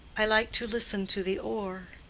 i like to listen to the oar.